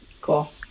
Cool